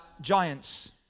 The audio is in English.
giants